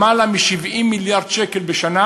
למעלה מ-70 מיליארד שקל בשנה